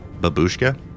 Babushka